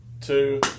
two